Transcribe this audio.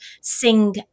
sing